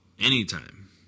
anytime